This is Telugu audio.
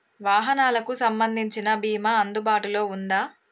వాహనాలకు సంబంధించిన బీమా అందుబాటులో ఉందా?